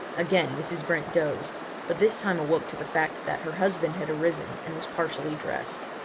again mrs. brent dozed but this time awoke to the fact that her husband had arisen and was partially dressed.